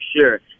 sure